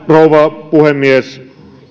rouva puhemies